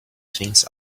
things